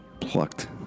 plucked